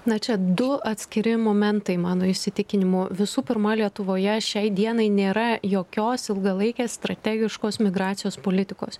na čia du atskiri momentai mano įsitikinimu visų pirma lietuvoje šiai dienai nėra jokios ilgalaikės strategiškos migracijos politikos